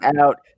out